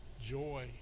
joy